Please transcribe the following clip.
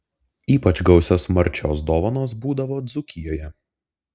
ypač gausios marčios dovanos būdavo dzūkijoje